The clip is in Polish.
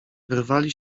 wyrwali